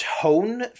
Tone